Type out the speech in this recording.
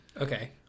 Okay